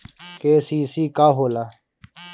KCC का होला?